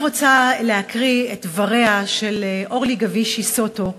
אני רוצה להקריא את דבריה של אורלי גבישי סוטו,